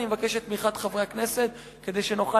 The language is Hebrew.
אני מבקש את תמיכת חברי הכנסת כדי שנוכל